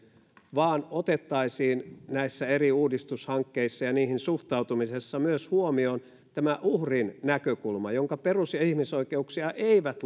vaan otettaisiin näissä eri uudistushankkeissa ja niihin suhtautumisessa myös huomioon sen uhrin näkökulma jonka perus ja ihmisoikeuksia eivät